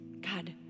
God